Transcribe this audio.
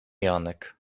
janek